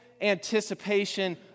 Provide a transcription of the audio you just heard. anticipation